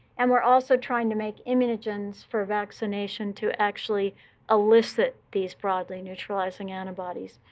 and we're also trying to make immunogens for vaccination to actually elicit these broadly neutralizing antibodies.